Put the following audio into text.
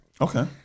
Okay